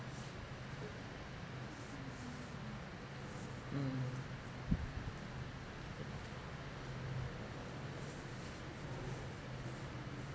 mm